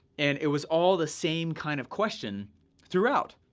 and it was all the same kind of question throughout.